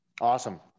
Awesome